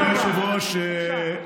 אדוני היושב-ראש,